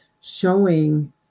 showing